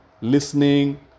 listening